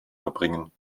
verbringen